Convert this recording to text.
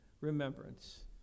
remembrance